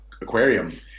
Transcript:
aquarium